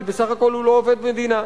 כי בסך הכול הוא לא עובד מדינה,